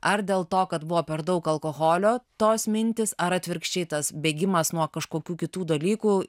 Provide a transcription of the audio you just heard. ar dėl to kad buvo per daug alkoholio tos mintys ar atvirkščiai tas bėgimas nuo kažkokių kitų dalykų